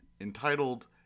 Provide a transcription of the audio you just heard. entitled